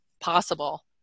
possible